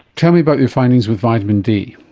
tell me about your findings with vitamin d.